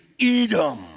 Edom